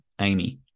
Amy